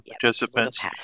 participants